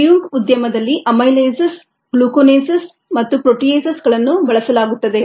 brewing ಉದ್ಯಮದಲ್ಲಿ amylases glucanases ಮತ್ತು ಪ್ರೋಟಿಯೇಸಸ್ಗಳನ್ನು ಬಳಸಲಾಗುತ್ತದೆ